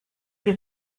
die